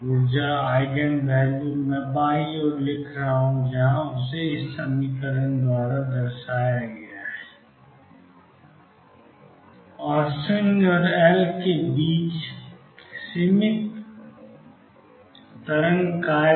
ऊर्जा eigen value मैं बाईं ओर लिख रहा हूँ जहाँ Enn222mL2 और 0 और एल के बीच सीमित के तरंग कार्य